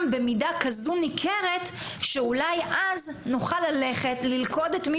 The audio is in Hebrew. במידה כזו ניכרת שאולי אז נוכל ללכת,